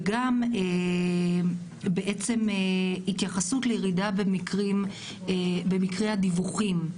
וגם, בעצם התייחסות לירידה במקרי הדיווחים.